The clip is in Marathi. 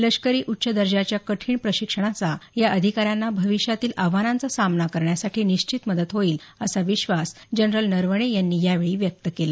लष्करी उच्च दर्जाच्या कठीण प्रशिक्षणाचा या अधिकाऱ्यांना भविष्यातील आव्हानांचा समाना करण्यासाठी निश्चित मदत होईल असा विश्वास जनरल नरवणे यांनी यावेळी व्यक्त केला